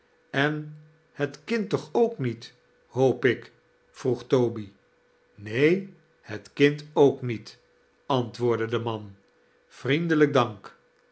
en het kind toch ook niet hoop ik vroeg toby neen het kind ook niet antwoordde de man vriendelijk dank